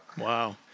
Wow